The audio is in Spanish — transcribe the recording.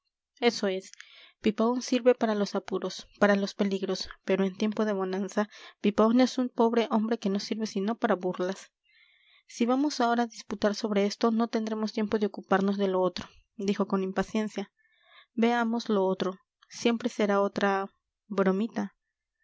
eso es pipaón sirve para los apuros para los peligros pero en tiempo de bonanza pipaón es un pobre hombre que no sirve sino para burlas si vamos ahora a disputar sobre esto no tendremos tiempo de ocuparnos de lo otro dijo con impaciencia veamos lo otro siempre será otra bromita